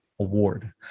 award